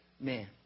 man